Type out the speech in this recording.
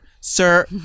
Sir